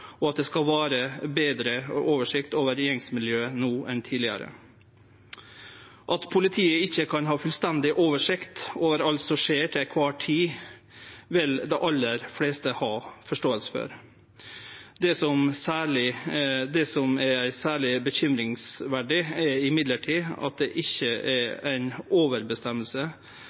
og at det skal vere betre oversikt over gjengmiljøet no enn tidlegare. At politiet ikkje kan ha fullstendig oversikt over alt som skjer til kvar tid, vil dei aller fleste ha forståing for. Det som er særleg bekymringsfullt, er likevel at det ikkje er